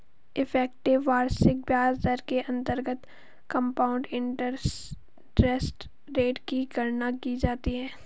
effective वार्षिक ब्याज दर के अंतर्गत कंपाउंड इंटरेस्ट रेट की गणना की जाती है